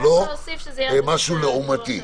זה לא משהו לעומתי.